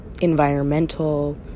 environmental